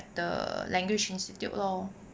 the language institute lor